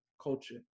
culture